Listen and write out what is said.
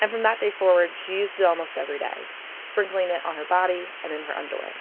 and from that day forward she used it almost everyday sprinkling it on her body and in her underwear